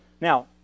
now